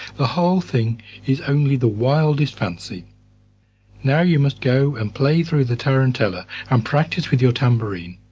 the whole thing is only the wildest fancy now, you must go and play through the tarantella and practise with your tambourine.